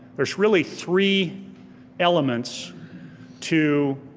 there's really three elements to